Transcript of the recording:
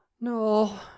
No